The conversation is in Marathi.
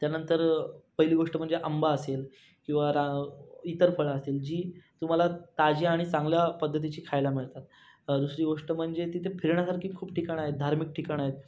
त्यानंतर पहिली म्हणजे गोष्ट आंबा असेल किंवा रा इतर फळं असतील जी तुम्हाला ताजी आणि चांगल्या पद्धतीची खायला मिळतात दुसरी गोष्ट म्हणजे तिथे फिरण्यासारखी खूप ठिकाणं आहेत धार्मिक ठिकाणं आहेत